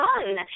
done